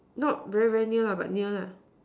not very very near lah but near lah